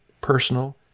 personal